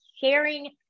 sharing